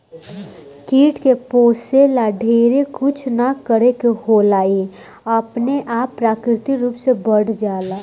कीट के पोसे ला ढेरे कुछ ना करे के होला इ अपने आप प्राकृतिक रूप से बढ़ जाला